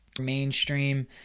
mainstream